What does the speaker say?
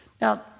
Now